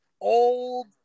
old